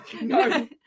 no